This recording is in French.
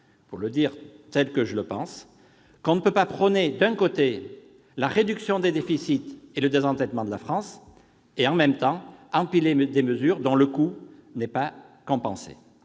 Pour le dire tel que je le pense, on ne peut pas prôner la réduction des déficits et le désendettement de la France tout en empilant des mesures dont le coût n'est pas compensé.